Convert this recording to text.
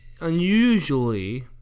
unusually